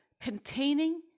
containing